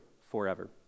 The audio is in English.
forever